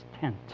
tent